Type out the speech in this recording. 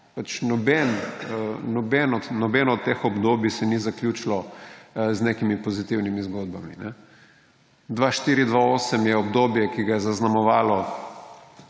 Nobeno od teh obdobij se ni zaključilo z nekimi pozitivnimi zgodbami. 2004−2008 je obdobje, ki ga je zaznamoval